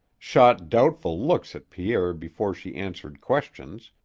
shot doubtful looks at pierre before she answered questions,